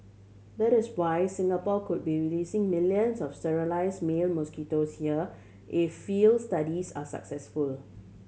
that is why Singapore could be releasing millions of sterile male mosquitoes here if field studies are successful